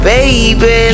Baby